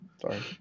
Sorry